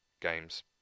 games